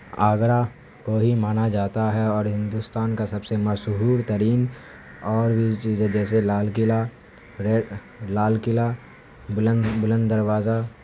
آگرہ کو ہی مانا جاتا ہے اور ہندوستان کا سب سے مشہور ترین اور بھی چیز ہے جیسے لال قلعہ ریڈ لال قلعہ بلند بلند دروازہ